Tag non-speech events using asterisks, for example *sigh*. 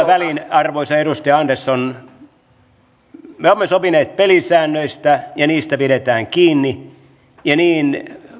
*unintelligible* väliin arvoisa edustaja andersson me olemme sopineet pelisäännöistä ja niistä pidetään kiinni ja niin